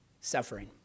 suffering